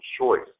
choice